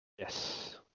Yes